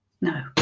no